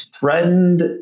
Threatened